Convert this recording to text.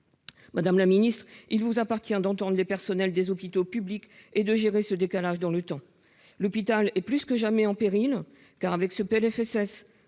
Madame la ministre, il vous appartient d'entendre le personnel des hôpitaux publics et de gérer ce décalage dans le temps. L'hôpital est plus que jamais en péril. En effet,